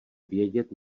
vědět